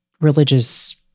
religious